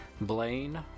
Blaine